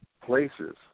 places